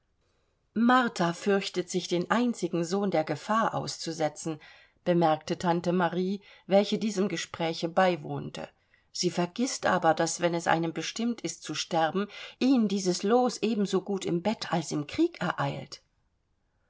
martha fürchtet sich den einzigen sohn der gefahr auszusetzen bemerkte tante marie welche diesem gespräche beiwohnte sie vergißt aber daß wenn es einem bestimmt ist zu sterben ihn dieses los ebensogut im bett als im krieg ereilt